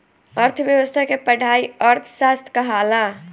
अर्थ्व्यवस्था के पढ़ाई अर्थशास्त्र कहाला